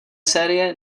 série